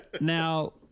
Now